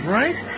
right